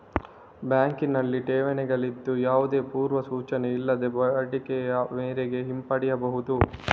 ಬ್ಯಾಂಕಿನಲ್ಲಿ ಠೇವಣಿಗಳಾಗಿದ್ದು, ಯಾವುದೇ ಪೂರ್ವ ಸೂಚನೆ ಇಲ್ಲದೆ ಬೇಡಿಕೆಯ ಮೇರೆಗೆ ಹಿಂಪಡೆಯಬಹುದು